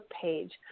page